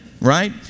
right